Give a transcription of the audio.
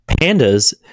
Pandas